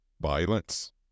Violence